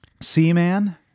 Seaman